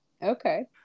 Okay